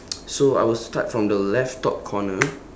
so I will start from the left top corner